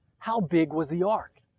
how big was the ark?